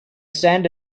sand